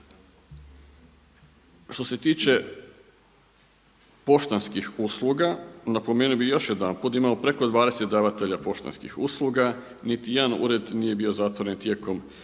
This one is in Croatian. Što se tiče poštanskih usluga, napomenuo bih još jedanput da imamo preko 20 davatelja poštanskih usluga, niti jedan ured nije bio zatvoren tijekom 2015.